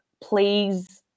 please